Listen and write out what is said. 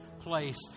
place